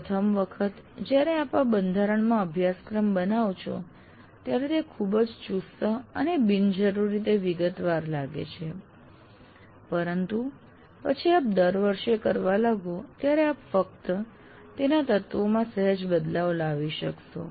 પ્રથમ વખત જ્યારે આપ આ બંધારણમાં અભ્યાસક્રમ બનાવો છો ત્યારે તે ખૂબ જ ચુસ્ત અને બિનજરૂરી રીતે વિગતવાર લાગે છે પરંતુ પછી આપ દર વર્ષે કરવા લાગો ત્યારે આપ ફક્ત તેના તત્વોમાં સહેજ બદલાવ લાવી શકશો